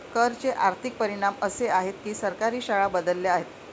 कर चे आर्थिक परिणाम असे आहेत की सरकारी शाळा बदलल्या आहेत